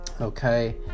okay